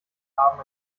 haben